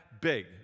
big